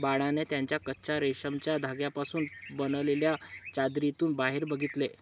बाळाने त्याच्या कच्चा रेशमाच्या धाग्यांपासून पासून बनलेल्या चादरीतून बाहेर बघितले